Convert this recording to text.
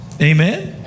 Amen